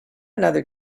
another